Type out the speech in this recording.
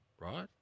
right